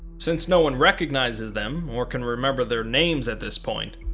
since no one recognizes them or can remember their names at this point,